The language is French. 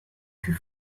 que